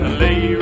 lay